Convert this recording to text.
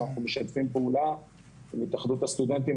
אנחנו משתפים פעולה עם התאחדות הסטודנטים